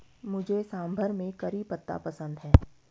मुझे सांभर में करी पत्ता पसंद है